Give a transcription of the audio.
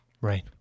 Right